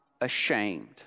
ashamed